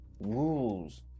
rules